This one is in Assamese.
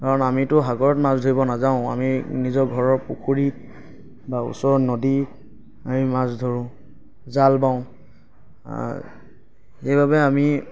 কাৰণ আমিতো সাগৰত মাছ ধৰিব নাযাওঁ আমি নিজৰ ঘৰৰ পুখুৰী বা ওচৰৰ নদীত আমি মাছ ধৰোঁ জাল বাওঁ সেইবাবে আমি